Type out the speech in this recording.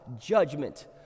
judgment